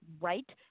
right